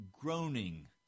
groaning